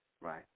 Right